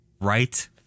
Right